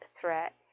threat